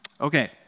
Okay